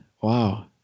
Wow